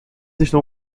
estão